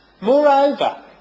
Moreover